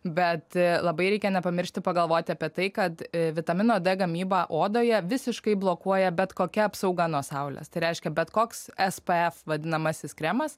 bet labai reikia nepamiršti pagalvoti apie tai kad vitamino d gamybą odoje visiškai blokuoja bet kokia apsauga nuo saulės tai reiškia bet koks spf vadinamasis kremas